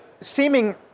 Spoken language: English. seeming